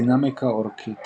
דינמיקה אורכית